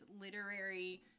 literary